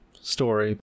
story